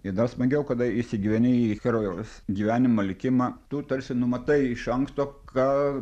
ir dar smagiau kada įsigyveni į herojaus gyvenimą likimą tu tarsi numatai iš anksto ką